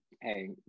Hey